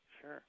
Sure